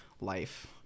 life